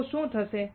તો શું થશે